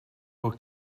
will